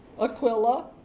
Aquila